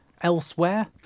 elsewhere